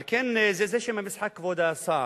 על כן, זה שם המשחק, כבוד השר,